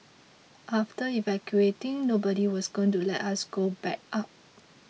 after evacuating nobody was going to let us go back up